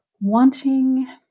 wanting